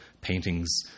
paintings